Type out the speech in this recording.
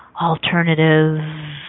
Alternative